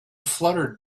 fluttered